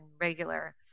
regular